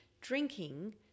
drinking